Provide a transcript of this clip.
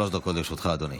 שלוש דקות לרשותך, אדוני.